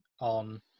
on